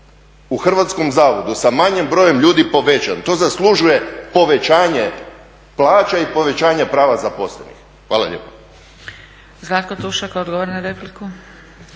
u Hrvatskom zavodu sa manjim brojem ljudi povećan. To zaslužuje povećanje plaća i povećanje prava zaposlenih. Hvala lijepa.